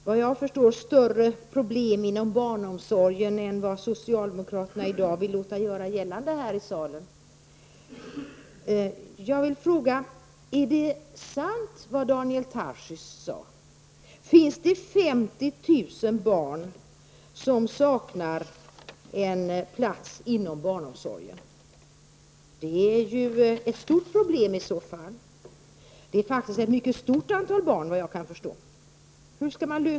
Herr talman! Jag är positiv av mig, Maj-Inger Klingvall, men det finns enligt vad jag förstår större problem inom barnomsorgen än vad socialdemokraterna i dag vill göra gällande här i kammaren. Jag vill fråga: Är det sant som Daniel Tarschys sade -- är det 50 000 barn som saknar en plats inom barnomsorgen? Det är ju i så fall ett stort problem. Det är faktiskt såvitt jag kan förstå ett mycket stort antal barn. Hur skall man lösa det?